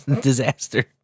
disaster